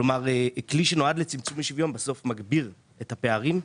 כלומר כלי שנועד לצמצום אי-שוויון בסוף מגביר את הפערים.